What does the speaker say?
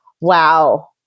wow